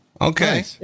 Okay